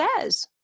says